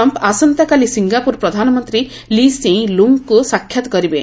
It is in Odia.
ଟ୍ରମ୍ପ୍ ଆସନ୍ତାକାଲି ସିଙ୍ଗାପୁର ପ୍ରଧାନମନ୍ତ୍ରୀ ଲି ସେଇଁ ଲୁଙ୍ଗ୍ଙ୍କୁ ସାକ୍ଷାତ କରିବେ